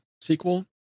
sequel